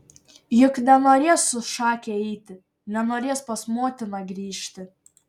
juk nenorės su šake eiti nenorės pas motiną grįžti